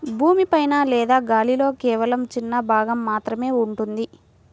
భూమి పైన లేదా గాలిలో కేవలం చిన్న భాగం మాత్రమే ఉంటుంది